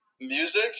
music